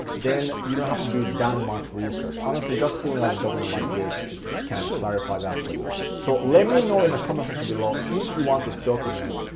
then you don't have to do that much research. honestly just filling out the document like this can clarify that for you. so let me know in the comment section below if you want this document,